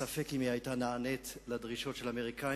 ספק אם היא היתה נענית לדרישות של האמריקנים